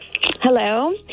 Hello